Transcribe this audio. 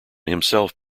himself